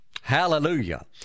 Hallelujah